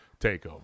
takeover